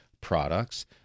products